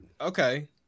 Okay